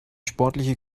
sportliche